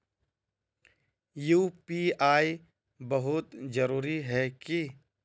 UPI बहुत जरूरी है की?